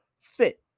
fit